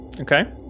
okay